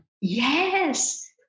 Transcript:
Yes